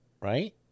right